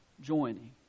joining